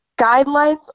guidelines